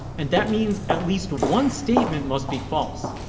and that means at least one statement must be false.